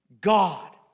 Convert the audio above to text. God